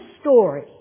story